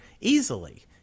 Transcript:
easily